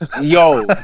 Yo